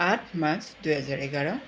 आठ मार्च दुई हजार एघार